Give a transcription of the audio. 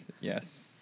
Yes